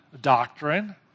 doctrine